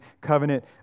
covenant